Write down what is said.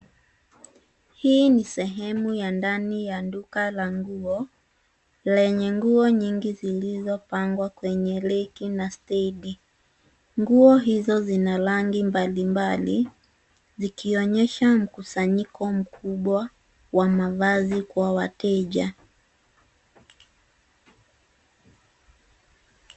Hii ni sehemu ya ndani ya duka la nguo lenye nguo nyingi zilizopangwa kwenye reki na stendi. Nguo hizo zina rangi mbalimbali zikionyesha mkusanyiko mkubwa wa mavazi kwa wateja.